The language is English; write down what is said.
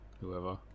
whoever